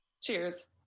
Cheers